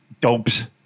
Dopes